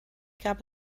gab